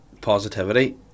positivity